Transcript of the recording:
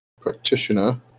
practitioner